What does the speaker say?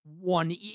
one